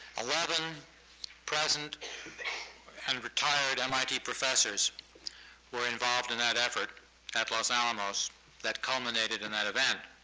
eleven present and retired mit professors were involved in that effort at los alamos that culminated and that event.